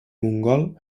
mogol